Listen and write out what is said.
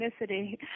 ethnicity